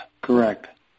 correct